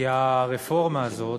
כי הרפורמה הזאת,